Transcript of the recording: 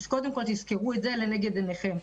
אז קודם כל תזכרו את זה לנגד עיניכם.